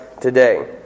today